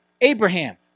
Abraham